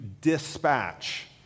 dispatch